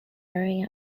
rowing